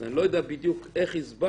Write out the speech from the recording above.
אז אני לא יודע בדיוק איך הסברת